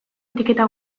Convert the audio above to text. etiketa